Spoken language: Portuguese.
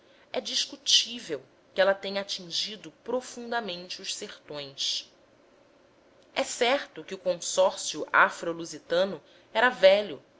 é discutível que ela tenha atingido profundamente os sertões é certo que o consórcio afro lusitano era velho